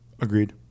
Agreed